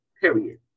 period